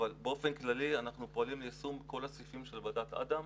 אבל באופן כללי אנחנו פועלים ליישום כל הסעיפים של ועדת אדם